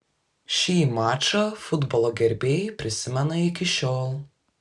šį mačą futbolo gerbėjai prisimena iki šiol